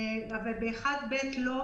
אבל ב-(1ב) לא.